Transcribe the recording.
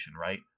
right